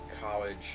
college